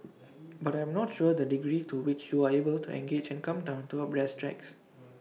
but I'm not sure the degree to which you are able to engage and come down to A brass tacks